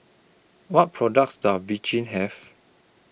What products Does Vichy Have